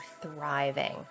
thriving